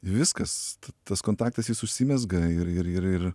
viskas tas kontaktas jis užsimezga ir ir ir ir